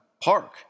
park